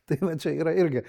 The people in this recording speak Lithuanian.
tai va čia yra irgi